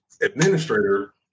administrator